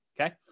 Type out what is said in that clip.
okay